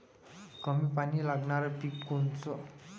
कमी पानी लागनारं पिक कोनचं?